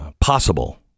possible